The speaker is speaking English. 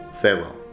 farewell